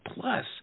Plus